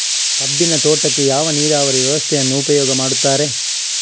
ಕಬ್ಬಿನ ತೋಟಕ್ಕೆ ಯಾವ ನೀರಾವರಿ ವ್ಯವಸ್ಥೆ ಉಪಯೋಗ ಮಾಡುತ್ತಾರೆ?